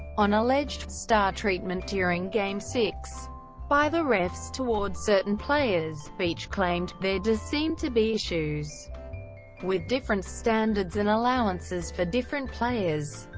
on alleged star treatment during game six by the refs toward certain players, beech claimed, there does seem to be issues with different standards and allowances for different players.